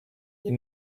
you